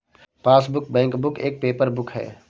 passbook, bankbook एक paper book है